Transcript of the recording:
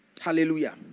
Hallelujah